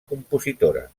compositora